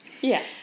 yes